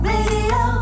Radio